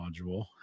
module